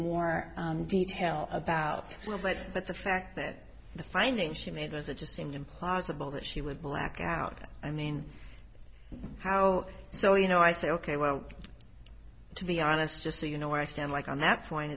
more detail about the letter but the fact that the finding she made was it just seemed impossible that she would black out i mean how so you know i say ok well to be honest just so you know where i stand like on that point